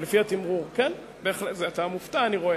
כן, אתה מופתע, אני רואה.